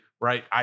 right